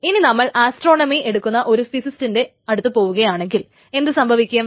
ഇനി നമ്മൾ ആസ്ട്രോണമി എടുക്കുന്ന ഒരു ഫിസിസ്റ്റിന്റെ അടുത്തു പോവുകയാണെങ്കിൽ എന്ത് സംഭവിക്കും